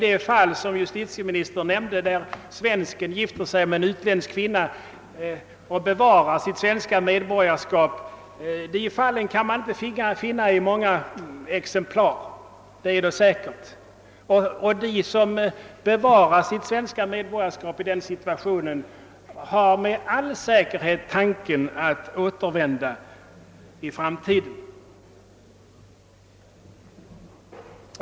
Det fall som justitieministern nämnde, när en svenska gifter sig med en utlänning och bevarar sitt svenska medborgarskap, förekommer säkerligen inte ofta. De som bevarar sitt svenska medborgarskap i en sådan situation gör med all säkerhet detta i tanke att återvända hem i framtiden.